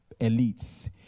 elites